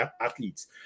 athletes